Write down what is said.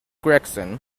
gregson